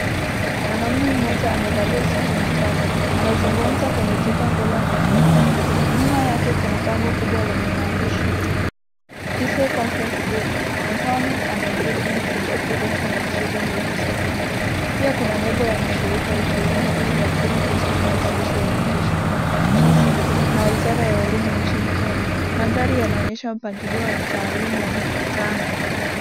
Mwanaume mmoja amevalia suti na tai, anazungumza kwenye jukwaa mbele ya maikrofoni . Nyuma yake kuna bango kubwa lenye maandishi KISE conference Theme Empowerment and Development in Mental of Children with Disabilities .Pia kuna nembo ya mashirika ikiwemo ya Kenya Institute of Special Education KISE na wizara ya elimu ya nchini KEnya. Mandhari yanaonyesha mpangilio wa kitaaluma ya mkutano.